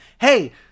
hey